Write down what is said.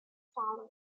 solid